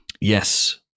Yes